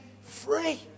free